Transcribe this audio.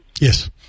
Yes